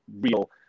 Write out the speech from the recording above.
real